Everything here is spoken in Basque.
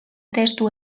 testu